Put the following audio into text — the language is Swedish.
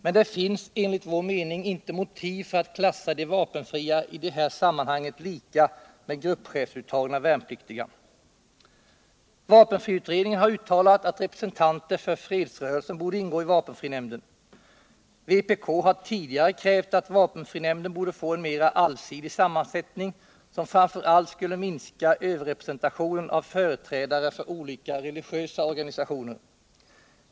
Men det finns enligt vår mening inte motiv för att klassa de vapenfria i det här sammanhanget lika med gruppschefsuttagna värnpliktiga. Vapenfriutredningen har uttalat att representanter för fredsrörelsen borde ingå i vapenfrinämnden. Vpk har tidigare krävt att vapenfrinämnden borde få en mer allsidig sammansättning, som framför allt skulle minska överrepresentationen av företrädare för olika religiösa organisationer.